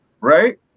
right